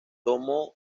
tomó